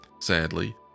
Sadly